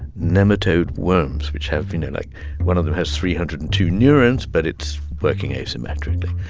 nematode worms which have, you know, like one of them has three hundred and two neurons, but it's working asymmetrically.